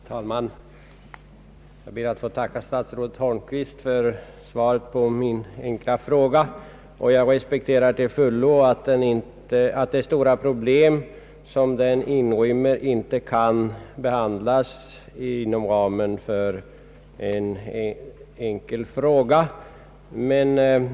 Herr talman! Jag ber att få tacka statsrådet Holmqvist för svaret på min enkla fråga. Jag respekterar till fullo att det stora problem som den inrymmer inte kan behandlas inom ramen för en frågestund.